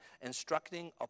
instructing